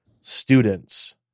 students